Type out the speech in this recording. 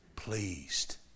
pleased